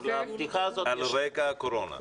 לפתיחה הזאת --- על רקע הקורונה.